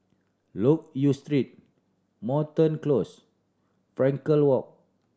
Loke Yew Street Moreton Close Frankel Walk